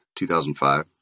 2005